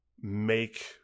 make